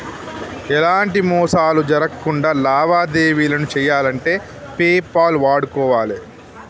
ఎలాంటి మోసాలు జరక్కుండా లావాదేవీలను చెయ్యాలంటే పేపాల్ వాడుకోవాలే